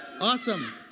Awesome